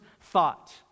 thought